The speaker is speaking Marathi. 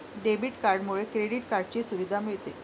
डेबिट कार्डमुळे क्रेडिट कार्डची सुविधा मिळते